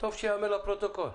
טוב שייאמר לפרוטוקול.